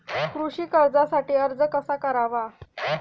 कृषी कर्जासाठी अर्ज कसा करावा?